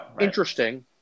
interesting